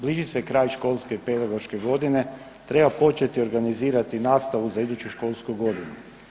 Bliži se kraj školske i pedagoške godine, treba početi organizirati nastavu za iduću školsku godinu.